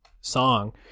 song